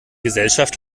gesellschaft